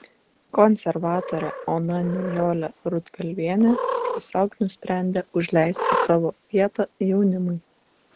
konservatorė ona nijolė rudgalvienė tiesiog nusprendė užleisti savo vietą jaunimui